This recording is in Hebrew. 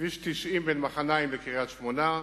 כביש 90 בין מחניים לקריית-שמונה,